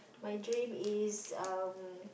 my dream is um